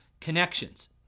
connections